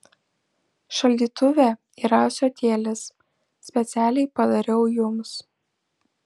šaldytuve yra ąsotėlis specialiai padariau jums